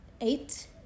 eight